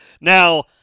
Now